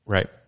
Right